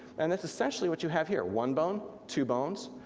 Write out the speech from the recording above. and that's essentially what you have here. one bone, two bones,